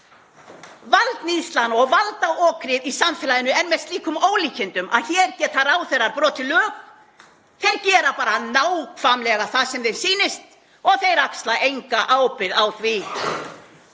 Valdníðslan og valdaokrið í samfélaginu er með slíkum ólíkindum að hér geta ráðherrar brotið lög. Þeir gera bara nákvæmlega það sem þeim sýnist og þeir axla enga ábyrgð á því.